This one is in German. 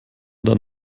dann